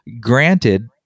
granted